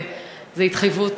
זו התחייבות,